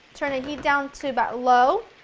turn the heat down to about low,